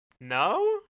No